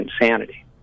insanity